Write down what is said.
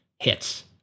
hits